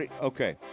Okay